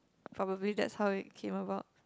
probably that's how it came about